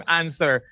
answer